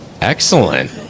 Excellent